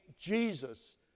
Jesus